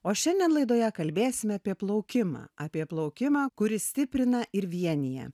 o šiandien laidoje kalbėsime apie plaukimą apie plaukimą kuris stiprina ir vienija